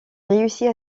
réussit